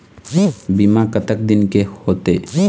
बीमा कतक दिन के होते?